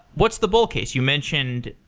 what's the bull case? you mentioned